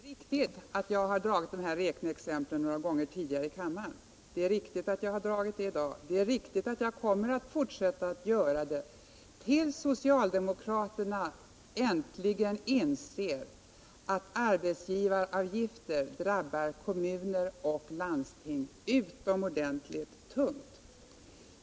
Herr talman! Det är riktigt att jag har anfört dessa exempel ett par gånger tidigare i kammaren. Jag har gjort det i dag, och jag kommer att fortsätta att göra det till dess socialdemokraterna äntligen inser att arbetsgivaravgifter drabbar kommuner och landsting utomordentligt tungt.